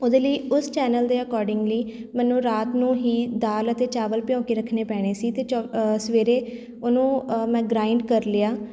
ਉਹਦੇ ਲਈ ਉਸ ਚੈਨਲ ਦੇ ਅਕੋਡਿੰਗਲੀ ਮੈਨੂੰ ਰਾਤ ਨੂੰ ਹੀ ਦਾਲ ਅਤੇ ਚਾਵਲ ਭਿਉਂ ਕੇ ਰੱਖਣੇ ਪੈਣੇ ਸੀ ਅਤੇ ਚ ਸਵੇਰੇ ਉਹਨੂੰ ਮੈਂ ਗ੍ਰਾਇੰਡ ਕਰ ਲਿਆ